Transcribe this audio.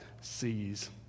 sees